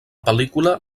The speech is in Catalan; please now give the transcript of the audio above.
pel·lícula